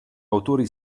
autori